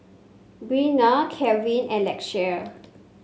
Bynum Kevan and Lakeshia